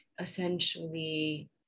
essentially